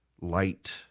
light